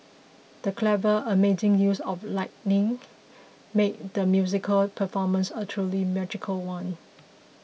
the clever amazing use of lighting made the musical performance a truly magical one